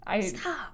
Stop